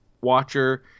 watcher